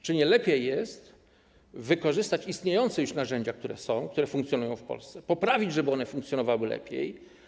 Czy nie lepiej jest wykorzystać istniejące już narzędzia, które funkcjonują w Polsce, i je poprawić, żeby funkcjonowały lepiej?